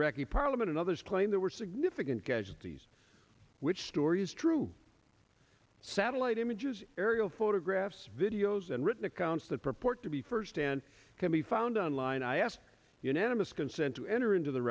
iraqi parliament and others claim there were significant casualties which stories true satellite images aerial photographs videos and written accounts that purport to be firsthand can be found on line i ask unanimous consent to enter into the